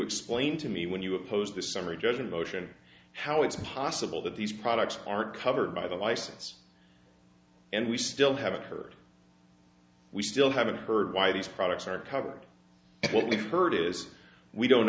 explain to me when you opposed the summary judgment motion how it's possible that these products are covered by the license and we still haven't heard we still haven't heard why these products are covered what we've heard is we don't